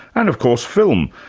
and of course film,